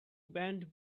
banned